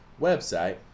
website